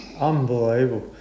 Unbelievable